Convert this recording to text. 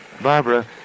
Barbara